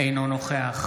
אינו נוכח